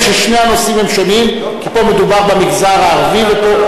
ישראלים במופע של פול מקרטני באולם O2. 15,000 איש היו במופע